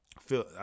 feel